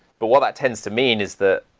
but what that tends to mean is that